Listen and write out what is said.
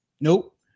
Nope